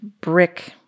brick